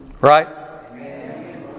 Right